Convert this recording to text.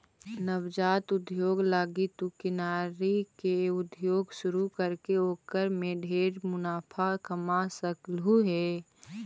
नवजात उद्योग लागी तु किनारी के उद्योग शुरू करके ओकर में ढेर मुनाफा कमा सकलहुं हे